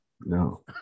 No